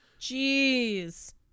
Jeez